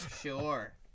sure